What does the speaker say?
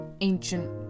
ancient